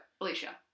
Alicia